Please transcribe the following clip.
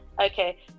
okay